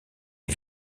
est